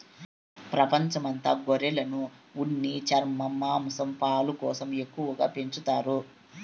ప్రపంచం అంత గొర్రెలను ఉన్ని, చర్మం, మాంసం, పాలు కోసం ఎక్కువగా పెంచుతారు